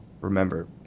remember